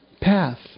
path